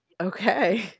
Okay